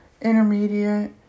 intermediate